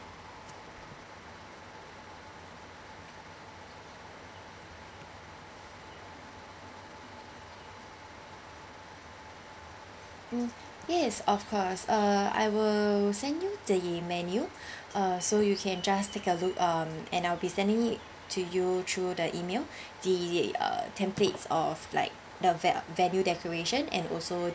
um yes of course uh I will send you the menu uh so you can just take a look um and I'll be sending it to you through the email the uh templates of like the vet venue decoration and also